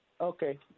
Okay